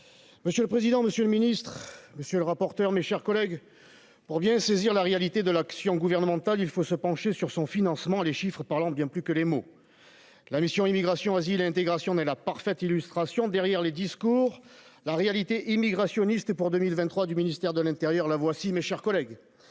monsieur le président, Monsieur le Ministre, monsieur le rapporteur, mes chers collègues, pour bien saisir la réalité de l'action gouvernementale, il faut se pencher sur son financement, les chiffrent parlent en bien plus que les mots, la mission Immigration, asile et intégration n'est la parfaite illustration, derrière les discours, la réalité immigrationniste, et pour 2023 du ministère de l'Intérieur, la voici mes chers collègues